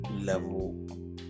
level